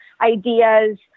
ideas